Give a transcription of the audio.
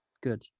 Good